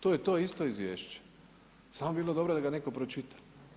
To je to isto izvješće, samo bi bilo dobro da ga netko pročita.